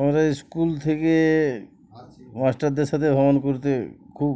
আমাদের স্কুল থেকে মাস্টারদের সাথে ভ্রমণ করতে খুব